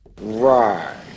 Right